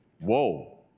Whoa